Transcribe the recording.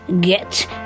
get